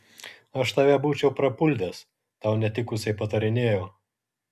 aš tave būčiau prapuldęs tau netikusiai patarinėjau